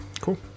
Cool